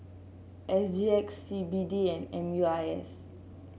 S G X C B D and M U I S